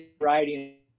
Variety